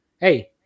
Hey